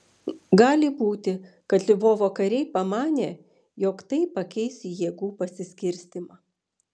gali būti kad lvovo kariai pamanė jog tai pakeis jėgų pasiskirstymą